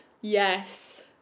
Yes